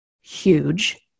Huge